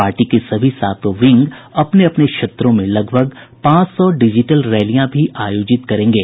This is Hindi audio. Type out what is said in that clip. पार्टी के सभी सातों विंग अपने अपने क्षेत्रों में लगभग पांच सौ डिजिटल रैलियां भी आयोजित करेंगे